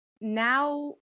now